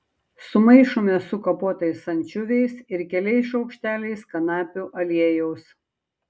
sumaišome su kapotais ančiuviais ir keliais šaukšteliais kanapių aliejaus